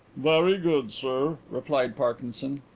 very good, sir, replied parkinson.